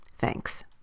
Thanks